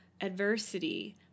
adversity